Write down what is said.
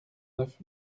neuf